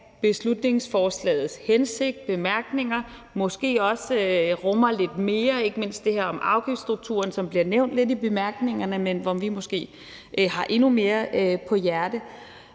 beslutningsforslagets hensigt, bemærkninger, og som måske også rummer lidt mere, ikke mindst det her om afgiftsstrukturen, som bliver nævnt lidt i bemærkningerne, men hvor vi måske har endnu mere på hjerte.